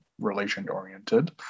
relation-oriented